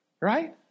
right